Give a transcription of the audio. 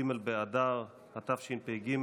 באדר התשפ"ג,